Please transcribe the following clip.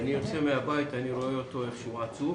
כשאני יוצא מהבית אני רואה את הכלב שלי איך שהוא עצוב